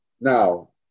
Now